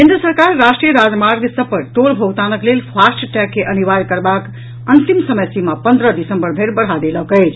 केंद्र सरकार राष्ट्रीय राजमार्ग सभ पर टोल भोगतानक लेल फास्टटैग के अनिवार्य करबाक अंतिम समयसीमा पंद्रह दिसंबर धरि बढ़ा देलक अछि